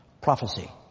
Prophecy